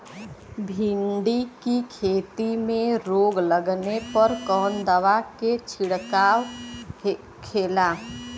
भिंडी की खेती में रोग लगने पर कौन दवा के छिड़काव खेला?